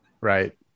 Right